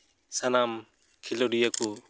ᱥᱟᱱᱟᱢ ᱠᱷᱤᱞᱳᱰᱤᱭᱟᱹ ᱠᱚ